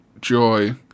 joy